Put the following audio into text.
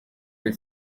ari